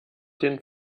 den